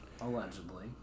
Allegedly